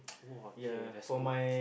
!wah! K that's good